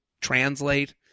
Translate